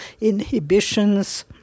inhibitions